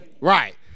Right